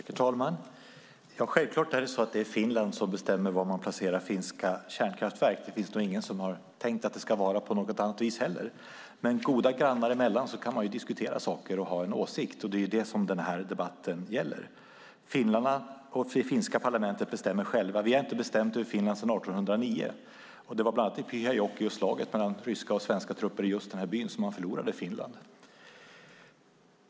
Herr talman! Självfallet är det Finland som bestämmer var man placerar finska kärnkraftverk. Det finns nog ingen som har tänkt att det ska vara på något annat vis heller. Men goda grannar emellan kan man diskutera saker och ha en åsikt, och det är det som debatten gäller. Finnarna och det finska parlamentet bestämmer själva. Vi har inte bestämt över Finland sedan 1809. Det var bland annat i Pyhäjoki och i slaget mellan ryska och svenska trupper i just denna by som man förlorade Finland.